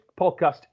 podcast